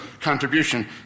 contribution